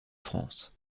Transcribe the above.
france